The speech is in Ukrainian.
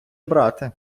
брати